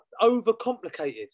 overcomplicated